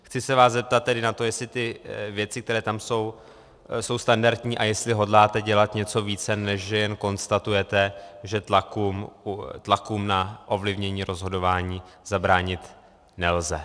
Chci se vás tedy zeptat na to, jestli ty věci, které tam jsou, jsou standardní a jestli hodláte dělat něco více, než že jen konstatujete, že tlakům na ovlivnění rozhodování zabránit nelze.